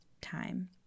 time